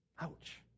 ouch